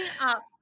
up